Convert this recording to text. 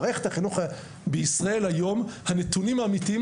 מערכת החינוך בישראל היום הנתונים האמיתיים